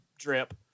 drip